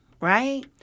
Right